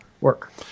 work